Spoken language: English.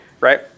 right